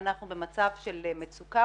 אנחנו במצב של מצוקה,